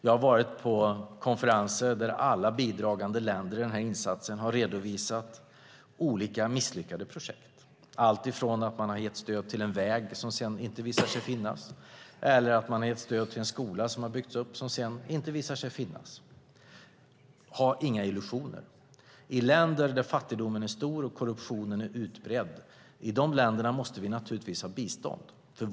Jag har varit på konferenser där alla bidragande länder i insatsen har redovisat olika misslyckade projekt - alltifrån att man har gett stöd till en väg som sedan inte visar sig finnas till att man har gett stöd till en skola som har byggts upp men som sedan inte visar sig finnas. I länder där fattigdomen är stor och korruptionen utbredd måste vi naturligtvis ha bistånd.